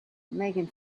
megan